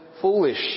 foolish